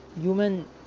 Human